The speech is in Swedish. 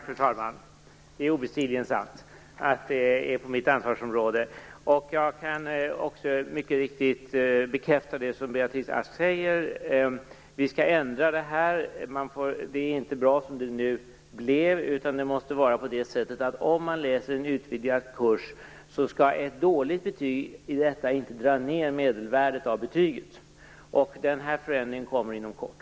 Fru talman! Jag kan bekräfta det som Beatrice Ask säger. Vi skall ändra det här. Det var inte bra som det blev. Om man läser en utvidgad kurs, skall ett dåligt betyg i detta inte dra ned medelvärdet av betyget. Denna förändring kommer inom kort.